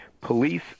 Police